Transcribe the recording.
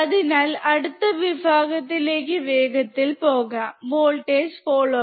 അതിനാൽ അടുത്ത വിഭാഗത്തിലേക്ക് വേഗത്തിൽ പോകാം വോൾട്ടേജ് ഫോളോവർ